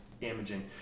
damaging